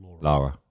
Laura